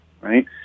right